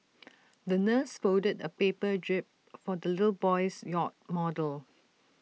the nurse folded A paper jib for the little boy's yacht model